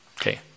Okay